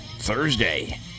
thursday